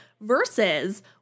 versus